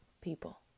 people